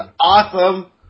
Awesome